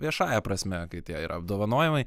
viešąja prasme kai tie yra apdovanojimai